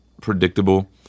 predictable